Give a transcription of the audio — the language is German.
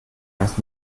erst